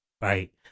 Right